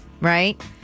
right